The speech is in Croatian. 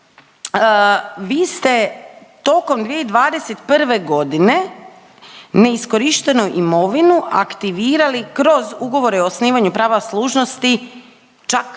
vi ste tokom 2021. g. neiskorištenu imovinu aktivirali kroz ugovore o osnivanju prava služnosti čak